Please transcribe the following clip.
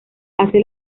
hace